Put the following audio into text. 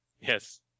Yes